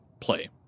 play